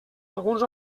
alguns